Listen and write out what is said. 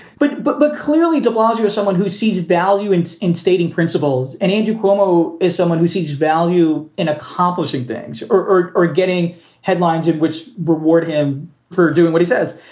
but but the clearly deplores you're someone who sees value in in stating principles and andrew cuomo is someone who sees value in accomplishing things or or getting headlines in which reward him for doing what he says.